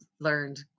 learned